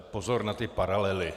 Pozor na ty paralely.